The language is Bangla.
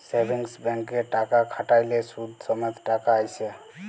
সেভিংস ব্যাংকে টাকা খ্যাট্যাইলে সুদ সমেত টাকা আইসে